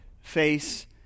face